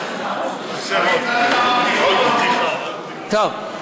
עוד בדיחה, טוב.